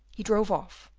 he drove off,